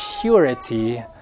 purity